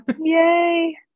Yay